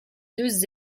deux